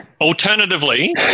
alternatively